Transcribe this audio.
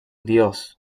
dios